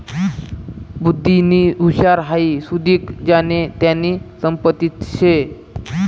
बुध्दीनी हुशारी हाई सुदीक ज्यानी त्यानी संपत्तीच शे